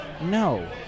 no